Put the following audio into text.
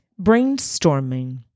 brainstorming